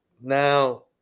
now